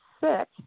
sick